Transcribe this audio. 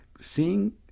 seeing